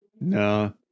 No